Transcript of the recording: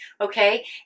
Okay